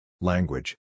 Language